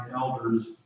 elders